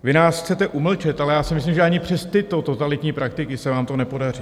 Vy nás chcete umlčet, ale já si myslím, že ani přes tyto totalitní praktiky se vám to nepodaří.